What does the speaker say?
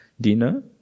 dinner